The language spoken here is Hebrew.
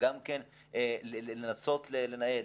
וגם כן לנסות לנהל,